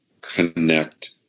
connect